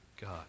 God